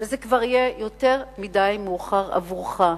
וזה כבר יהיה יותר מדי מאוחר עבורך.